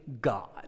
God